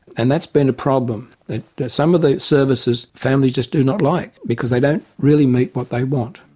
and that's been a problem, that that some of the services, families just do not like, because they don't really meet what they want.